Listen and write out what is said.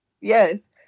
Yes